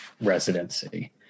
residency